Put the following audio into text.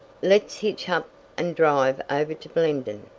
let's hitch up and drive over to blenden.